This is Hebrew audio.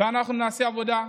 ואנחנו נעשה עבודה,